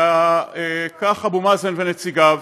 ולהיטלר, וכך אבו מאזן ונציגיו